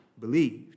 believed